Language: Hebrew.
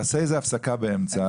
תעשה איזה הפסקה באמצע.